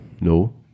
No